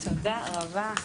תודה רבה.